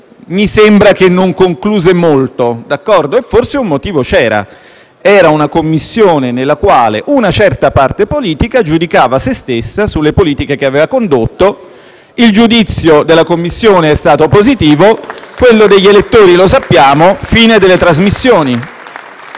mi sembra che non concluse molto, e forse un motivo c'era: era una Commissione nella quale una certa parte politica giudicava sé stessa sulle politiche che aveva condotto, il giudizio della Commissione è stato positivo, quello degli elettori lo sappiamo: fine delle trasmissioni.